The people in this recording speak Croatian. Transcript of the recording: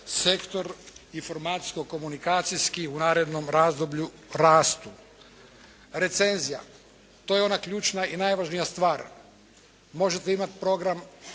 sektor informacijsko-komunikacijski u narednom razdoblju rastu. Recenzija, to je ona ključna i najvažnija stvar. Možete imati program,